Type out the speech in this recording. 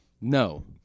No